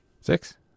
Six